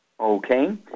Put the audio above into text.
Okay